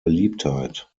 beliebtheit